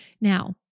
Now